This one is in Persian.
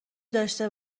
داشته